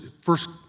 first